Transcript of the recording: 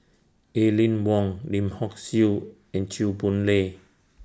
Aline Wong Lim Hock Siew and Chew Boon Lay